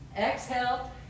exhale